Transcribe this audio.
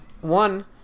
one